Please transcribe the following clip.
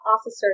Officer